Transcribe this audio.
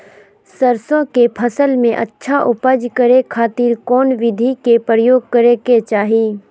सरसों के फसल में अच्छा उपज करे खातिर कौन विधि के प्रयोग करे के चाही?